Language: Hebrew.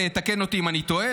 ותקן אותי אם אני טועה,